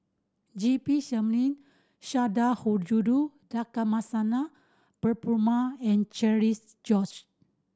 G P Selvam Sundarajulu Lakshmana Perumal and Cherian George